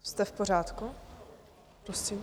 Jste v pořádku prosím?